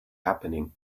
happening